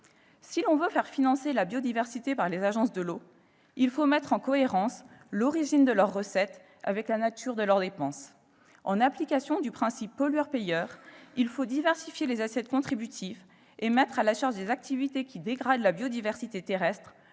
Si l'on veut faire financer la biodiversité par les agences de l'eau, il faut mettre en cohérence l'origine de leurs recettes avec la nature de leurs dépenses. En application du principe « pollueur-payeur », il faut diversifier les assiettes contributives et mettre à la charge des activités qui dégradent la biodiversité terrestre